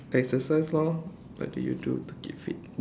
exercise lor what do you do to keep fit